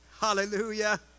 Hallelujah